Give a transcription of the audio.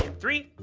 three,